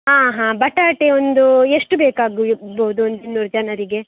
ಹಾಂ ಹಾಂ ಬಟಾಟೆ ಒಂದು ಎಷ್ಟು ಬೇಕಾಗಿರ್ಬೋದು ಒಂದು ಇನ್ನೂರು ಜನರಿಗೆ